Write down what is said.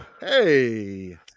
Hey